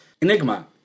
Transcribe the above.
Enigma